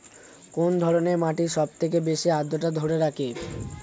কোন ধরনের মাটি সবথেকে বেশি আদ্রতা ধরে রাখে?